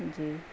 جی